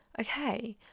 okay